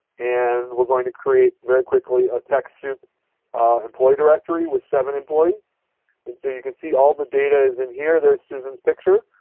and we are going to create very quickly a techsoup employee directory with seven employees. and so you can see all the data is in here. there susan's picture.